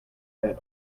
that